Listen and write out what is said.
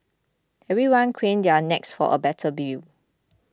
everyone craned their necks for a better view